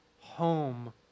home